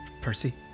Percy